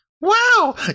Wow